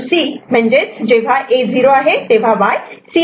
म्हणजेच A 0 Y C